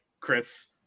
Chris